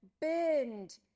burned